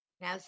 Now